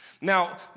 Now